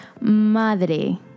madre